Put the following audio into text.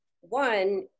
one